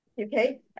Okay